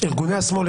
ארגוני השמאל,